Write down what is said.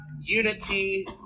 unity